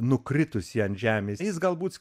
nukritusį ant žemės jis galbūt